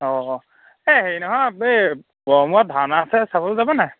অঁ এই হেৰি নহয় এই গড়মূৰত ভাওনা আছে চাবলৈ যাবা নাই